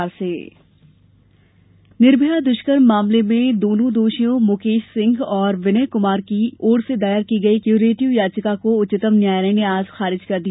निर्भया याचिका खारिज निर्भया दुष्कर्म मामले में दो दोषियों मुकेश सिंह और विनय कुमार की ओर से दायर की गई क्यूरेटिव याचिका को उच्चतम न्यायालय ने आज खारिज कर दिया